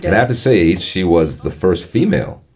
and i have to say, she was the first female,